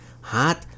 hot